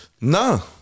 No